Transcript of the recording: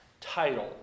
title